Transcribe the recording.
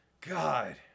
God